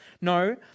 No